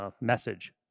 message